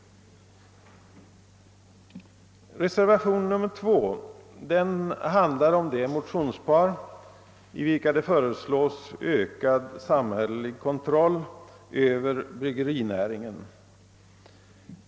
Reservationen 2 handlar om det motionspar vari föreslås ökad samhällelig kontroll över bryggerinäringen.